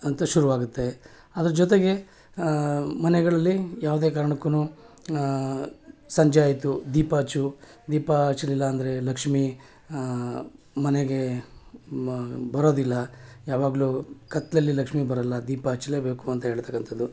ಅಂತ ಶುರುವಾಗುತ್ತೆ ಅದ್ರ ಜೊತೆಗೆ ಮನೆಗಳಲ್ಲಿ ಯಾವುದೇ ಕಾರಣಕ್ಕೂ ಸಂಜೆ ಆಯಿತು ದೀಪ ಹಚ್ಚು ದೀಪ ಹಚ್ಲಿಲ್ಲ ಅಂದರೆ ಲಕ್ಷ್ಮೀ ಮನೆಗೆ ಮ ಬರೋದಿಲ್ಲ ಯಾವಾಗ್ಲೂ ಕತ್ತಲಲ್ಲಿ ಲಕ್ಷ್ಮೀ ಬರೋಲ್ಲ ದೀಪ ಹಚ್ಚಲೇಬೇಕು ಅಂತ ಹೇಳ್ತಕ್ಕಂತದ್ದು